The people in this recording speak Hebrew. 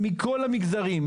מכל המגזרים,